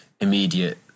immediate